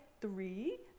three